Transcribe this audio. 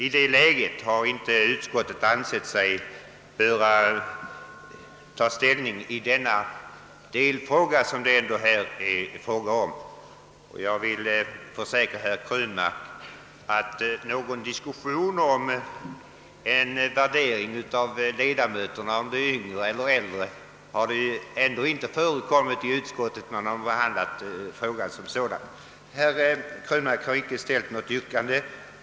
I detta läge har inte utskottet ansett sig böra ta ställning i denna delfråga. Jag vill emellertid försäkra herr Krönmark att någon diskussion om en värdering av ledamöterna med hänsyn till om de är yngre eller äldre inte har förekommit i utskottet när vi har behandlat frågan som sådan. Herr Krönmark har inte framställt något yrkande.